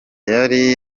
yari